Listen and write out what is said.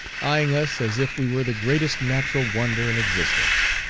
eyeing us as if we were the greatest natural wonder in existence.